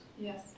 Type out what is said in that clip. Yes